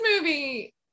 movie